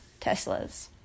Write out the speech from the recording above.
Teslas